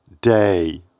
day